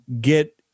get